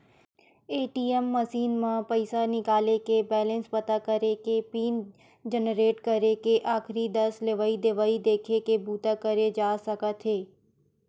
ATM machine म पइसा निकाले के, बेलेंस पता करे के, पिन जनरेट करे के, आखरी दस लेवइ देवइ देखे के बूता करे जा सकत हे